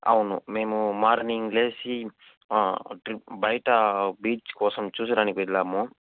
అవును మేము మార్నింగ్ లేచి ట్రి బయట బీచ్ కోసం చూసేడానికి వెళ్ళాము